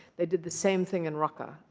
they did the same thing in raqqa.